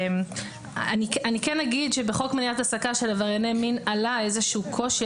אני כן אומר שבחוק מניעת העסקה של עברייני מין עלה איזשהו קושי